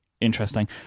interesting